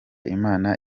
imana